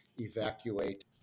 evacuate